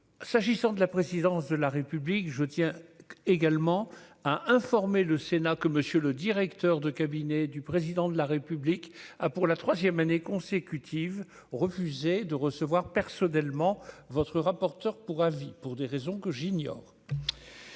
s'agissant de la présidence de la République, je tiens également à informer le Sénat que monsieur le directeur de cabinet du président de la République a pour la 3ème année consécutive, refusé de recevoir personnellement votre rapporteur pour avis, pour des raisons que j'ignore